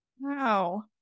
wow